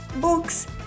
books